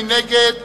מי נגד?